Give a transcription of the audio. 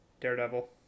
Daredevil